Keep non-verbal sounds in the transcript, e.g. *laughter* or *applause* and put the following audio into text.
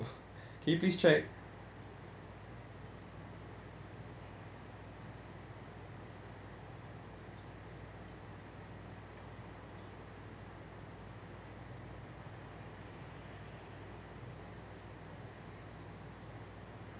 *noise* can you please check